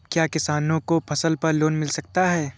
क्या किसानों को फसल पर लोन मिल सकता है?